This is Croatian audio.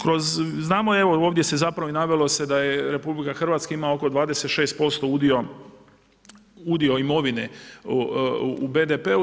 Kroz, znamo evo, ovdje se zapravo i navelo se da je RH ima oko 26% udio imovine u BDP-u.